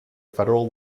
federal